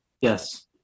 Yes